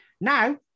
Now